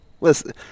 Listen